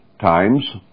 times